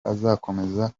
azakomeza